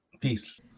Peace